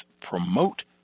promote